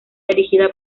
dirigida